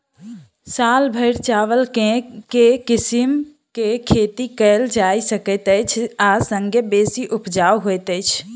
साल भैर चावल केँ के किसिम केँ खेती कैल जाय सकैत अछि आ संगे बेसी उपजाउ होइत अछि?